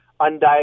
undiagnosed